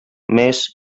més